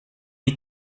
eat